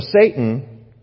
Satan